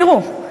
תראו,